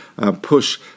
push